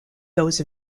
those